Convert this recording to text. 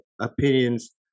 opinions